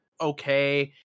okay